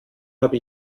habe